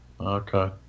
Okay